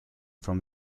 from